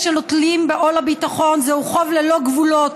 שנושאים בעול הביטחון הוא חוב ללא גבולות,